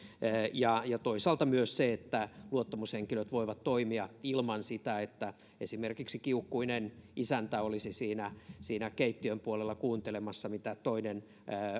ja ja toisaalta myös se että luottamushenkilöt voivat toimia ilman sitä että esimerkiksi kiukkuinen isäntä olisi siinä siinä keittiön puolella kuuntelemassa mitä toinen